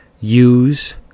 use